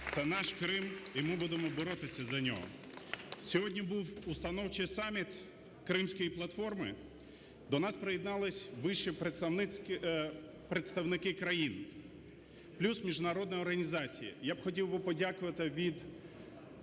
Це наш Крим, і ми будемо боротися за нього. Сьогодні був установчий саміт Кримської платформи. До нас приєднались вищі представники країн, плюс міжнародні організації. Я б хотів би подякувати від